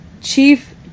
Chief